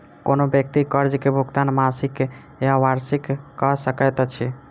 कोनो व्यक्ति कर्ज के भुगतान मासिक या वार्षिक कअ सकैत अछि